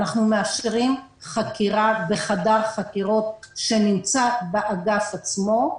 אנחנו מאפשרים חקירה בחדר חקירות שנמצא באגף עצמו.